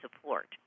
support